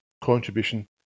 contribution